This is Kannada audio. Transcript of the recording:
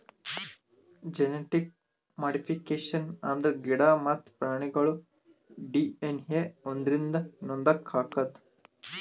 ಜೆನಟಿಕ್ ಮಾಡಿಫಿಕೇಷನ್ ಅಂದ್ರ ಗಿಡ ಮತ್ತ್ ಪ್ರಾಣಿಗೋಳ್ ಡಿ.ಎನ್.ಎ ಒಂದ್ರಿಂದ ಇನ್ನೊಂದಕ್ಕ್ ಹಾಕದು